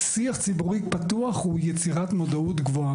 שיח ציבורי פתוח הוא יצירת מודעות גבוהה.